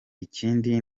ikindi